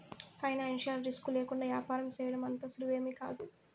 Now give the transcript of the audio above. financial risk లేకుండా యాపారం సేయడం అంత సులువేమీకాదు